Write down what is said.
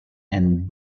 and